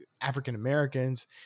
african-americans